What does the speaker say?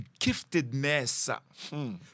giftedness